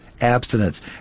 abstinence